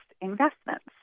investments